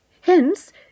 hence